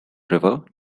river